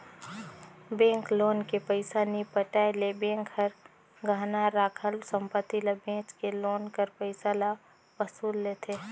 bank loan के पइसा नी पटाए ले बेंक हर गहना राखल संपत्ति ल बेंच के लोन कर पइसा ल वसूल लेथे